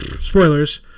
spoilers